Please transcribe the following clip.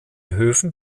höfen